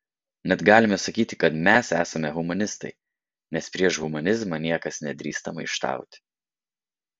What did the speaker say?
net galime sakyti kad mes esame humanistai nes prieš humanizmą niekas nedrįsta maištauti